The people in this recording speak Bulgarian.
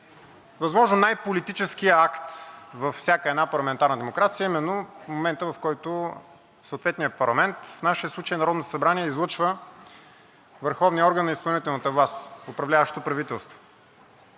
възможно най-политическия акт във всяка една парламентарна демокрация, именно в момента, в който съответният парламент, в нашия случай Народното събрание, излъчва върховния орган на изпълнителната власт – управляващото правителство.